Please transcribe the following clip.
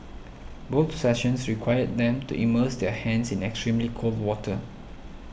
both sessions required them to immerse their hands in extremely cold water